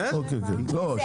אני